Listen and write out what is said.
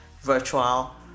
virtual